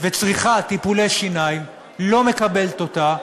וצריכה טיפולי שיניים לא מקבלת אותם